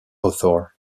author